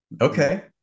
Okay